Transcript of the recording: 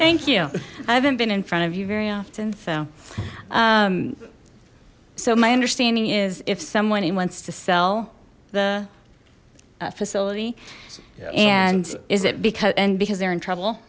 thank you i haven't been in front of you very often so um so my understanding is if someone wants to sell the facility and is it because and because they're in trouble